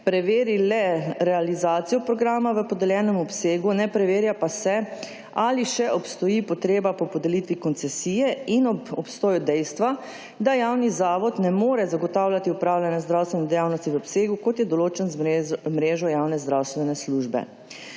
preveli le realizacijo programa v podeljenem obsegu, ne preverja pa se ali še obstoji potreba po podelitve koncesije in obstoju dejstva, da javni zavod ne more zagotavljati 29. TRAK (VI) 11.35 (nadaljevanje) opravljanja zdravstvene dejavnosti v obsegu kot je določen z mrežo javne zdravstvene službe.